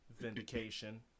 vindication